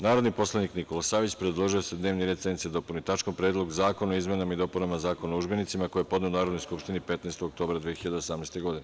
Narodni poslanik Nikola Savić predložio je da se dnevni red sednice dopuni tačkom - Predlog zakona o izmenama i dopunama Zakona o udžbenicima, koji je podneo Narodnoj skupštini 15. oktobra 2018. godine.